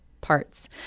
parts